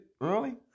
Early